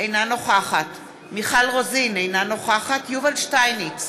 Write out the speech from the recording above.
אינה נוכחת מיכל רוזין, אינה נוכחת יובל שטייניץ,